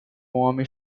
homem